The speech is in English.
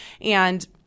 And-